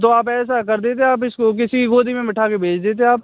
तो आप ऐसा कर देते आप इसको किसी गोदी में बैठा के भेज देते आप